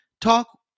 Talk